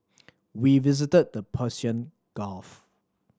we visited the Persian Gulf